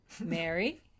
Mary